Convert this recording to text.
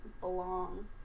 belong